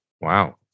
Wow